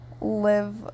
live